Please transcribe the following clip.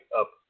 up